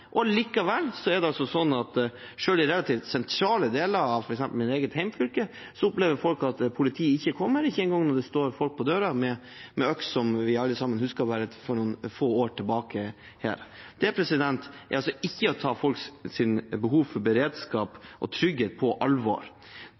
avstandene. Likevel er det sånn at selv i relativt sentrale deler av f.eks. mitt eget hjemfylke opplever folk at politiet ikke kommer – ikke engang når det står folk på døra med øks, noe vi alle sammen husker for bare få år siden. Det er ikke å ta folks behov for beredskap